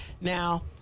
now